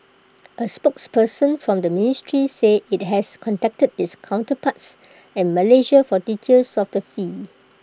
A spokesperson from the ministry said IT has contacted its counterparts in Malaysia for details of the fee